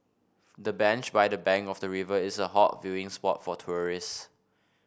the bench by the bank of the river is a hot viewing spot for tourists